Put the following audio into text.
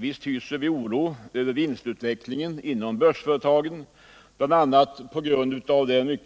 Visst hyser vi oro över vinstutvecklingen inom börsföretagen, t.ex. på grund av den